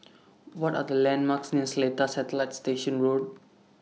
What Are The landmarks near Seletar Satellite Station Road